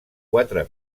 quatre